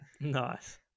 nice